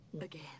Again